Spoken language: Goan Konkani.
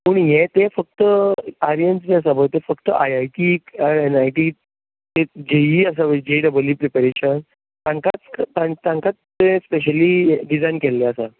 पूण हें तें फकत आर्यन्स बी आसा पय ते फकत आय आय टीक कांय एन आय टीक ते जे इ इ आसा पय जे डबल इ प्रिपरेशन तांकांच तांकाच स्पेशली डिझायन केल्लो आसा